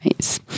Nice